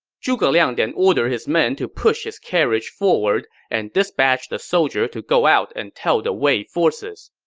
zhuge liang then ordered his men to push his carriage forward and dispatched a soldier to go out and tell the wei forces,